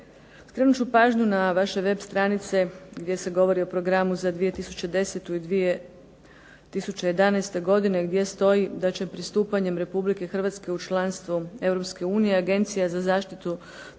Skrenut ću pažnju na vaše web stranice gdje se govori o programu za 2010. i 2011. godinu gdje stoji da će pristupanjem RH u članstvo EU Agencija za zaštitu tržišnog